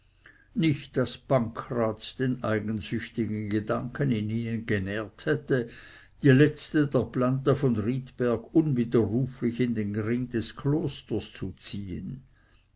nicht daß pancraz den eigensüchtigen gedanken in ihnen genährt hätte die letzte der planta von riedberg unwiderruflich in den ring des klosters zu ziehen